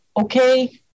okay